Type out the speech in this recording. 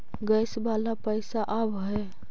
Gas वाला पैसा आव है?